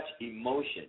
emotion